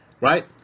Right